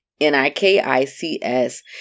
N-I-K-I-C-S